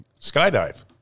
Skydive